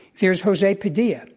there's jose padilla,